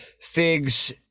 figs